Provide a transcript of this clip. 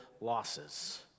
losses